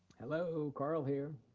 hello. carl here.